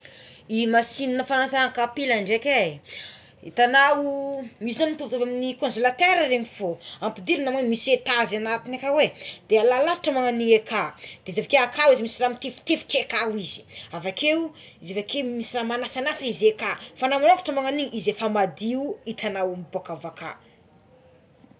I masinina fanasana kapila draiky é itanao misy mitovitovy amign'ny konzelatera regny fogna ampidirina ogny misy etazy anaty akao é de alalahatra magnagn'igny akao de efa ka akao izy misy rano mitifitifitra ka akao izy avakeo izy avakeo misy raha manasanasa izy eka fa raha magnokotra magnagno agnigny izy efa madio itagnao miboka avy aka.